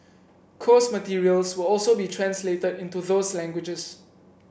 course materials will also be translated into those languages